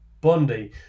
Bondi